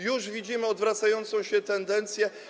Już widzimy odwracającą się tendencję.